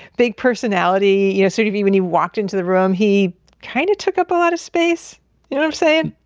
big personality you know, sort of even you walked into the room, he kind of took up a lot of space you know what i'm saying?